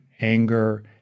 anger